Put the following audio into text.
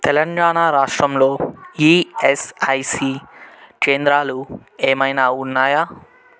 తెలంగాణా రాష్ట్రంలో ఈఎస్ఐసి కేంద్రాలు ఏమైనా ఉన్నాయా